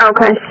Okay